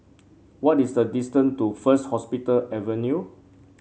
what is the distance to First Hospital Avenue